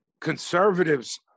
conservatives